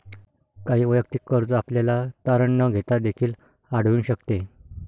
काही वैयक्तिक कर्ज आपल्याला तारण न घेता देखील आढळून शकते